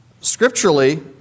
Scripturally